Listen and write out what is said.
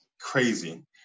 crazy